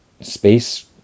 space